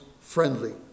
friendly